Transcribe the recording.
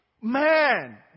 Man